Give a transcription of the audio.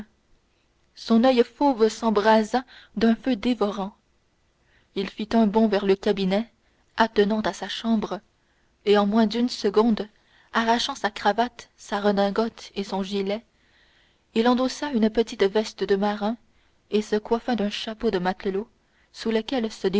son oeil fauve s'embrasa d'un feu dévorant il fit un bond vers le cabinet attenant à sa chambre et en moins d'une seconde arrachant sa cravate sa redingote et son gilet il endossa une petite veste de marin et se coiffa d'un chapeau de matelot sous lequel se